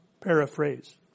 paraphrase